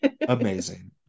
amazing